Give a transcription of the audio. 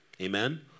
amen